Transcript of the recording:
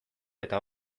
eta